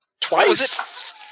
Twice